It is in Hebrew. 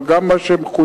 אבל גם מה שמחויב,